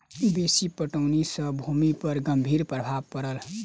बेसी पटौनी सॅ भूमि पर गंभीर प्रभाव पड़ल